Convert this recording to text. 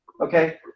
okay